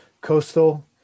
coastal